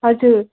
हजुर